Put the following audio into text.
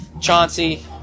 Chauncey